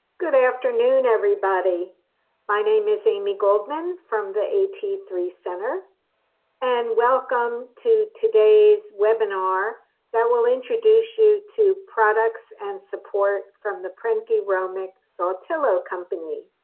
good afternoon everybody my name is amy goldman from the a t three center and welcome to today's webinar that will introduce you to products and support from the prentke romich satillo company